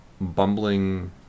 bumbling